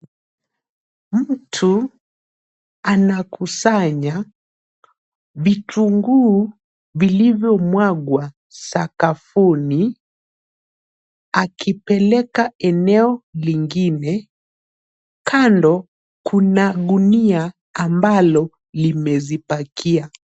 Mtu anakusanya vitunguu vilivyomwagwa sakafuni akipeleka eneo lingine. Kando kuna gunia ambalo limezipakia.